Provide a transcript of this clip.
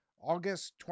August